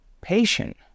patient